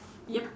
yup